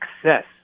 success